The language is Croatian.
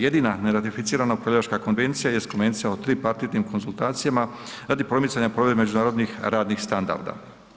Jedina neratificirana upravljačka konvencija jest Konvencija o tripartitnim konzultacijama radi promicanja provedbe međunarodnih radnih standarda.